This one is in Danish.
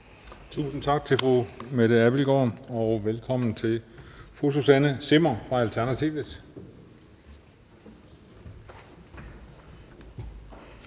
Tusind tak til fru Mette Abildgaard, og velkommen til fru Susanne Zimmer fra Alternativet.